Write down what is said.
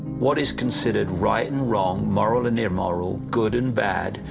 what is considered right and wrong, moral and immoral, good and bad,